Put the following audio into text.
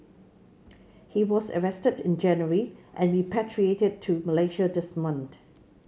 he was arrested in January and repatriated to Malaysia this month